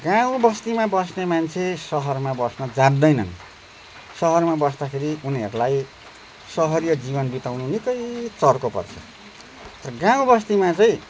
गाउँबस्तीमा बस्ने मान्छे सहरमा बस्न जाँदैनन् सहरमा बस्दाखेरि उनीहरूलाई सहरिया जीवन बिताउने निकै चर्को पर्छ तर गाउँबस्तीमा चाहिँ